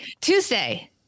Tuesday